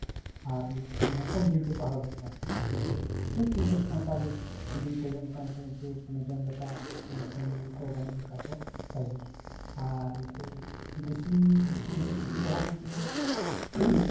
ᱟᱨ ᱱᱩᱠᱩ ᱢᱟᱱᱮ ᱠᱚᱢ ᱫᱤᱱ ᱛᱮᱠᱚ ᱦᱟᱨᱟ ᱵᱩᱨᱩᱜᱼᱟ ᱟᱨᱠᱤ ᱩᱱᱠᱩ ᱫᱚ ᱳᱭ ᱪᱚᱞᱞᱤᱥ ᱯᱚᱸᱭᱛᱟᱞᱞᱤᱥ ᱫᱤᱱ ᱛᱮᱜᱮ ᱢᱚᱴᱟᱢᱩᱴᱤ ᱩᱱᱠᱩ ᱡᱚᱢ ᱞᱮᱠᱟ ᱡᱚᱢ ᱠᱚ ᱜᱟᱱᱚᱜ ᱞᱮᱠᱟ ᱠᱚ ᱥᱟᱭᱤᱡᱚᱜᱼᱟ ᱟᱨ ᱩᱱᱠᱩ ᱫᱤᱥᱤ ᱫᱤᱥᱤ ᱥᱤᱢ ᱫᱚ ᱦᱟᱸᱜ ᱩᱱᱠᱩ ᱫᱚ